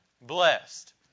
Blessed